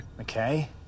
Okay